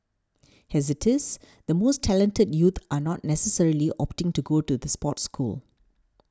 as it is the most talented youth are not necessarily opting to go to the sports school